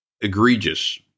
egregious